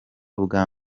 bwa